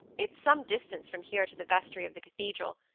it's some distance from here to the vestry of the cathedral,